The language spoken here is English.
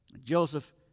Joseph